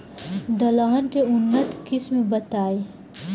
दलहन के उन्नत किस्म बताई?